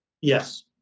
Yes